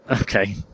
Okay